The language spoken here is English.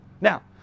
Now